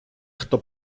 хто